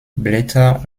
blätter